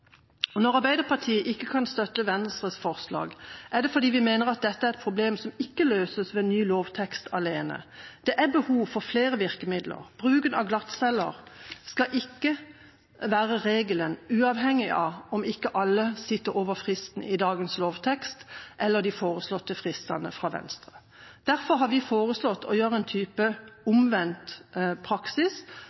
Når Arbeiderpartiet ikke kan støtte Venstres forslag, er det fordi vi mener at dette er et problem som ikke løses ved ny lovtekst alene. Det er behov for flere virkemidler. Bruken av glattceller skal ikke være regelen, uavhengig av om ikke alle sitter over fristen i dagens lovtekst eller de foreslåtte fristene fra Venstre. Derfor har vi foreslått en type omvendt praksis,